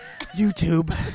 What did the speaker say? YouTube